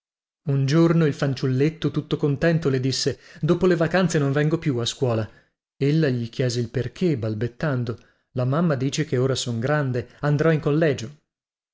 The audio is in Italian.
un giorno il fanciulletto tutto contento le disse dopo le vacanze non vengo più a scuola ella gli chiese il perchè balbettando la mamma dice che ora son grande andrò in collegio